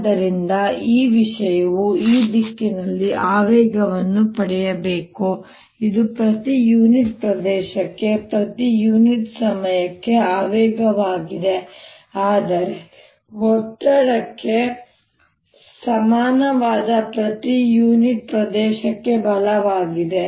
ಆದ್ದರಿಂದ ಈ ವಿಷಯವು ಈ ದಿಕ್ಕಿನಲ್ಲಿ ಆವೇಗವನ್ನು ಪಡೆಯಬೇಕು ಇದು ಪ್ರತಿ ಯೂನಿಟ್ ಪ್ರದೇಶಕ್ಕೆ ಪ್ರತಿ ಯೂನಿಟ್ ಸಮಯಕ್ಕೆ ಆವೇಗವಾಗಿದೆ ಆದರೆ ಒತ್ತಡಕ್ಕೆ ಸಮಾನವಾದ ಪ್ರತಿ ಯೂನಿಟ್ ಪ್ರದೇಶಕ್ಕೆ ಬಲವಾಗಿದೆ